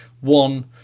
one